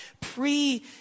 pre